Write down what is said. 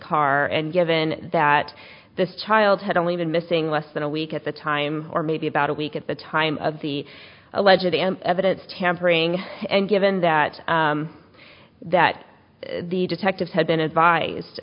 car and given that this child had only been missing less than a week at the time or maybe about a week at the time of the allegedly evidence tampering and given that that the detectives had been advised